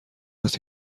است